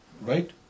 Right